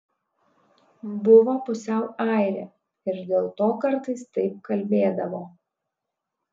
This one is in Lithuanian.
buvo pusiau airė ir dėl to kartais taip kalbėdavo